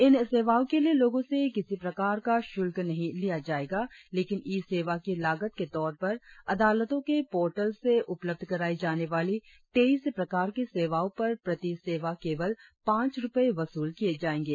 इन सेवाओं के लिए लोगों से किसी प्रकार का शुल्क नहीं लिया जाएगा लेकिन ई सेवा की लागत के तौर पर अदालतों के पोर्टल से उपलब्ध कराई जाने वाली तेईस प्रकार की सेवाओं पर प्रति सेवा केवल पांच रुपये वसूल किये जाएंगे